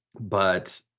but